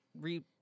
Re